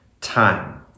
time